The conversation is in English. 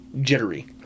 jittery